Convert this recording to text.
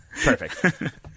Perfect